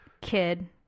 kid